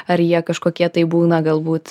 ar jie kažkokie tai būna galbūt